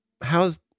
how's